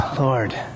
Lord